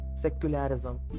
secularism